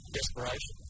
desperation